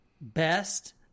best